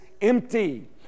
empty